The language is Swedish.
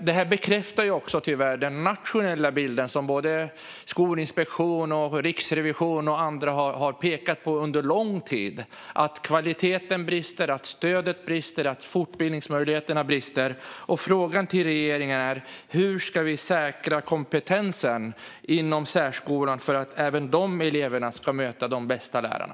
Detta bekräftar också tyvärr den nationella bild som Skolinspektionen, Riksrevisionen och andra har pekat på under lång tid, nämligen att kvaliteten brister, att stödet brister och att fortbildningsmöjligheterna brister. Frågan till regeringen är: Hur ska vi säkra kompetensen inom särskolan för att även eleverna där ska möta de bästa lärarna?